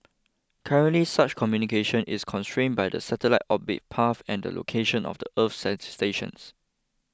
currently such communication is constrained by the satellite's orbit path and the location of the earth sites stations